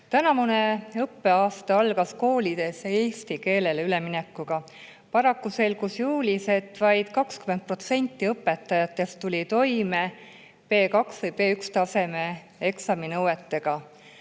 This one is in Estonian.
Tänavune õppeaasta algas koolides eesti keelele üleminekuga. Paraku selgus juulis, et vaid 20% õpetajatest tuli toime B2- või B1‑taseme eksami nõuetega.